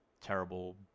terrible